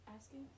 asking